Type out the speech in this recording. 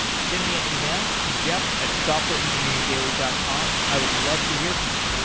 send me an email, jeff at softwareengineeringdaily dot com. i would love to hear from you.